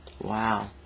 Wow